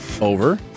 over